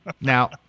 Now